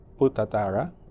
putatara